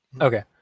Okay